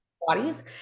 bodies